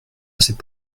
c’est